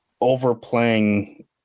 overplaying